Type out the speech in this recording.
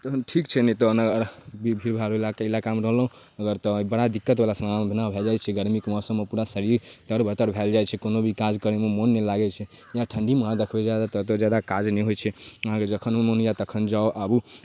तहन ठीक छै नहि तऽ ओना भीड़ भाड़ वला इलाकामे रहलहुॅं अगर तऽ बड़ा दिक्कत वाला सामना भऽ जाइ छै गर्मीके मौसममे पूरा शरीर तर बतर भए जाइ छै कोनो भी काज करै मे मन नहि लागै छै जेना ठण्डीमे अहाँ देखबै जादातर तऽ जादा काज नहि होइ छै अहाँकेँ जखन मन होइया तखन जाउ आबू